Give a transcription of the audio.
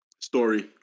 Story